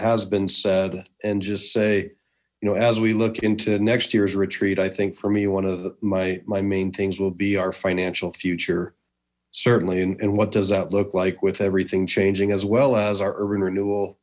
has been said and just say you know as we look into next year's retreat i think for me one of my my main things will be our financial future certainly and what does that look like with everything changing as well as our urban renewal